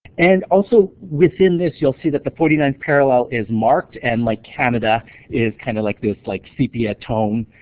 and also within this you'll see that the forty ninth parallel is marked and like canada is kinda like this like sepia tone.